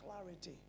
clarity